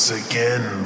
again